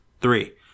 Three